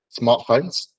smartphones